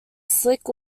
slick